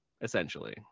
essentially